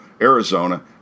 Arizona